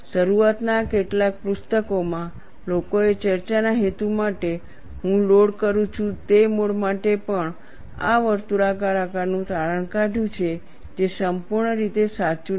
શરૂઆતના કેટલાક પુસ્તકોમાં લોકોએ ચર્ચાના હેતુઓ માટે હું લોડ કરું છું તે મોડ માટે પણ આ વર્તુળાકાર આકારનું તારણ કાઢ્યું છે જે સંપૂર્ણ રીતે સાચું નથી